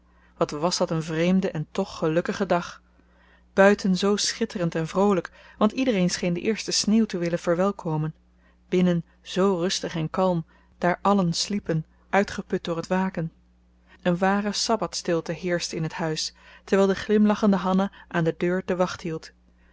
wat was dat een vreemde en toch gelukkige dag buiten zoo schitterend en vroolijk want iedereen scheen de eerste sneeuw te willen verwelkomen binnen zoo rustig en kalm daar allen sliepen uitgeput door het waken een ware sabbathstilte heerschte in het huis terwijl de glimlachende hanna aan de deur de wacht hield